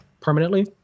permanently